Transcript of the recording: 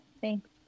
thanks